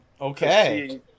Okay